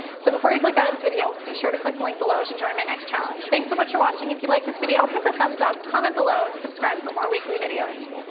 so before you click out of this video, be sure to click the link below. you should join my next challenge. thanks so much for watching. if you like this video, hit the thumbs up, comment below, and subscribe for more weekly videos.